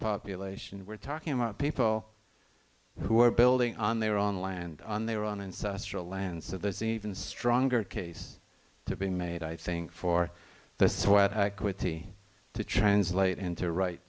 population we're talking about people who are building on their own land on their own and land so there's even stronger case to be made i think for the sweat equity to translate into right